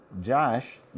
Josh